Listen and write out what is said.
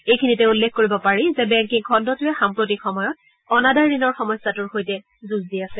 এইখিনিতে উল্লেখ কৰিব পাৰি যে বেংকিং খণ্ডটোৱে সাম্প্ৰতিক সময়ত অনাদায় ঋণৰ সমস্যাটোৰ সৈতে যুঁজি আছে